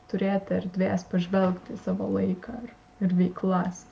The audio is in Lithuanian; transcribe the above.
turėti erdvės pažvelgt į savo laiką ir veiklas